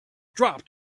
dropped